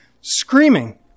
screaming